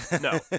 No